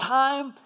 time